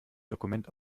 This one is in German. dokument